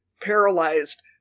paralyzed